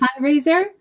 fundraiser